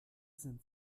sind